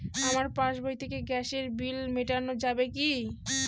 আমার পাসবই থেকে গ্যাসের বিল মেটানো যাবে কি?